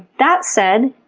that said,